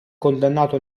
condannato